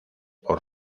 por